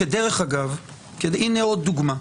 דרך אגב, הינה עוד דוגמה.